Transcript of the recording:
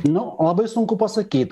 nu labai sunku pasakyt